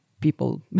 people